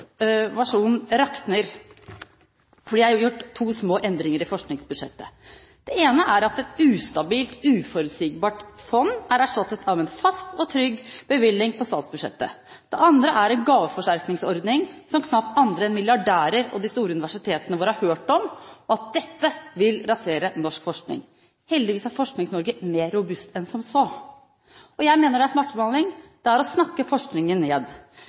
innovasjon rakner, og at det vil rasere norsk forskning fordi det er gjort to små endringer i forskningsbudsjettet. Den ene er at et ustabilt, uforutsigbart fond er erstattet av en fast og trygg bevilgning på statsbudsjettet. Den andre er at en gaveforsterkningsordning som knapt andre enn milliardærer og de store universitetene våre har hørt om, vil blir avviklet. Heldigvis er Forsknings-Norge mer robust enn som så. Jeg mener det er svartmaling. Det er å snakke forskningen ned,